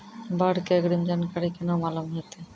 बाढ़ के अग्रिम जानकारी केना मालूम होइतै?